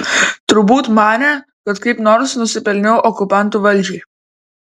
turbūt manė kad kaip nors nusipelniau okupantų valdžiai